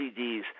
CDs